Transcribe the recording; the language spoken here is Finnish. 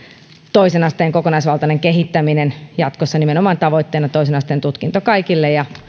toisen asteen kokonaisvaltainen kehittäminen jatkossa nimenomaan tavoitteena toisen asteen tutkinto kaikille ja